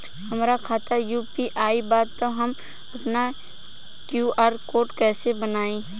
हमार खाता यू.पी.आई बा त हम आपन क्यू.आर कोड कैसे बनाई?